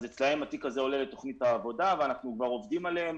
אז אצלם התיק הזה עולה לתוכנית העבודה ואנחנו כבר עובדים עליהם